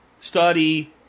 study